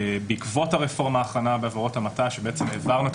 בעקבות הרפורמה בעבירות המתה שבעצם העברנו את